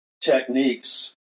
techniques